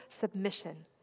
submission